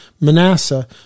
Manasseh